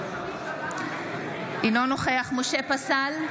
אינו נוכח משה פסל,